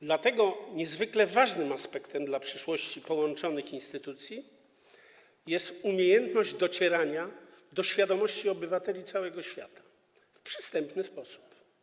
Dlatego niezwykle ważnym aspektem dla przyszłości połączonych instytucji jest umiejętność docierania do świadomości obywateli całego świata w przystępny sposób.